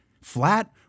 flat